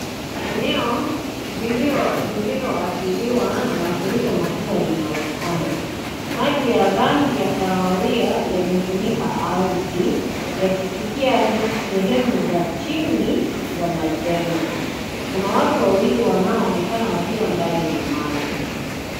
Eneo lililoathiriwa na mafuriko makubwa linaonekana. Maji ya rangi ya kahawia yamefunika ardhi yakifikia hadi sehemu za chini za majengo. Kuna watu wawili wanaoonekana wakiwa ndani ya maji.